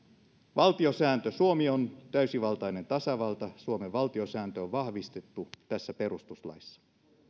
valtiosääntö suomi on täysivaltainen tasavalta suomen valtiosääntö on vahvistettu tässä perustuslaissa